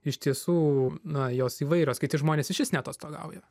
iš tiesų na jos įvairios kiti žmonės išvis neatostogauja